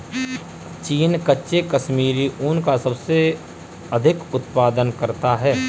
चीन कच्चे कश्मीरी ऊन का सबसे अधिक उत्पादन करता है